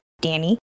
Danny